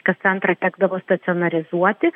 kas antrą tekdavo stacionarizuoti